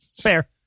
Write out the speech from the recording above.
Fair